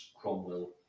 Cromwell